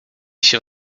się